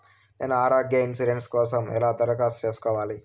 నేను ఆరోగ్య ఇన్సూరెన్సు కోసం ఎలా దరఖాస్తు సేసుకోవాలి